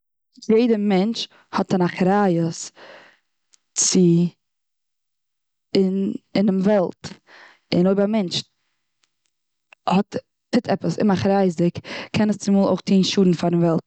יעדע מענטש האט א אחריות צו, אינעם וועלט. און אויב א מענטש טוט עפעס אום אחריות'דיג קען עס אויך טון שאדן פארן וועלט.